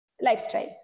Lifestyle